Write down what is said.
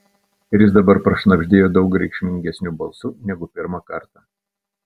ir jis dabar prašnabždėjo daug reikšmingesniu balsu negu pirmą kartą